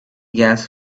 gas